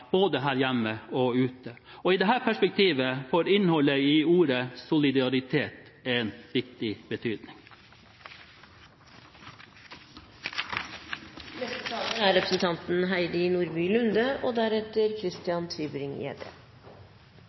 både her hjemme og ute. Og i dette perspektivet får innholdet i ordet «solidaritet» en viktig betydning.